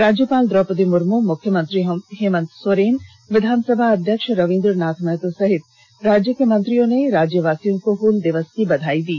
राज्यपाल द्रोपदी मुर्म मुख्यमंत्री हेमंत सोरेन विधानसभा अध्यक्ष रविंद्रनाथ महतो सहित राज्य के मंत्रियों ने राज्यवासियों को हूल दिवस की बधाई दी